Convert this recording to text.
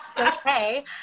Okay